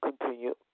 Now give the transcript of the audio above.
continue